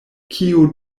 kio